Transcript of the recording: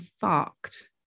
fucked